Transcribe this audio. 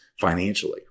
financially